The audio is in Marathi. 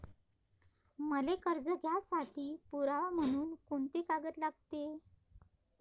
मले कर्ज घ्यासाठी पुरावा म्हनून कुंते कागद लागते?